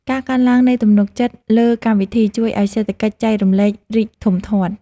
ការកើនឡើងនៃទំនុកចិត្តលើកម្មវិធី ជួយឱ្យសេដ្ឋកិច្ចចែករំលែករីកធំធាត់។